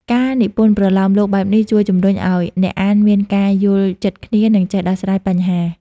ការនិពន្ធប្រលោមលោកបែបនេះជួយជំរុញឲ្យអ្នកអានមានការយល់ចិត្តគ្នា និងចេះដោះស្រាយបញ្ហា។